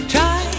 Try